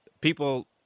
people